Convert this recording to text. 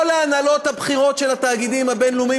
כל ההנהלות הבכירות של התאגידים הבין-לאומיים